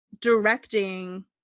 directing